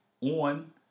on